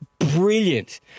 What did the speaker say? brilliant